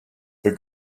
the